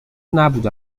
نبوده